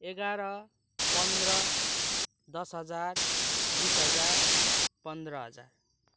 एघार पन्ध्र दस हजार बिस हजार पन्ध्र हजार